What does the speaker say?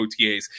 OTAs